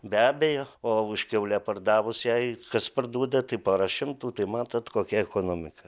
be abejo o už kiaulę pardavus jei kas parduoda tai pora šimtų tai matot kokia ekonomika